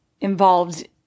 involved